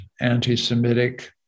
anti-Semitic